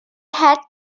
had